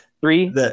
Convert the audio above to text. Three